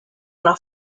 una